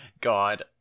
God